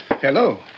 Hello